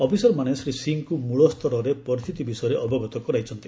ଅଫିସରମାନେ ଶ୍ରୀ ସିଂହଙ୍କୁ ମୂଳସ୍ତରର ପରିସ୍ଥିତି ବିଷୟରେ ଅବଗତ କରାଇଛନ୍ତି